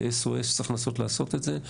זה S.O.S שצריך לנסות לעשות את זה.